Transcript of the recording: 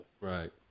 Right